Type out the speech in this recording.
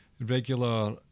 regular